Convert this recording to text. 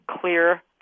clear